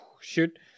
shoot